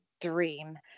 dream